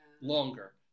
longer